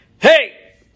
Hey